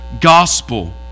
gospel